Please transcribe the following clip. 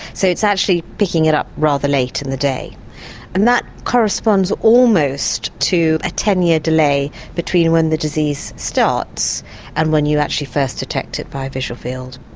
so it's actually picking it up rather late in the day and that corresponds almost to a ten year delay between when the disease starts and when you actually first detect it by visual fields.